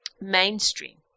mainstream